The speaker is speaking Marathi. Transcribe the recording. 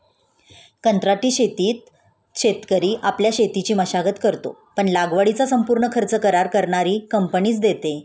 कंत्राटी शेतीत शेतकरी आपल्या शेतीची मशागत करतो, पण लागवडीचा संपूर्ण खर्च करार करणारी कंपनीच देते